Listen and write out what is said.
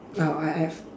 oh I I've